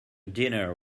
dinner